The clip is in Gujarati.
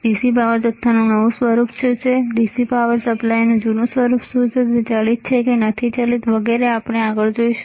dc પાવર જથ્થાનું નવું સ્વરૂપ શું છે dc પાવર સપ્લાયનું જૂનું સ્વરૂપ શું છે તે ચલિત નથી ચલિત છે આપણે આ પ્રકારની વસ્તુઓ જોઈશું